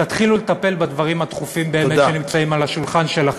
תתחילו לטפל בדברים הדחופים באמת שנמצאים על השולחן שלכם.